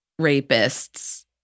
rapists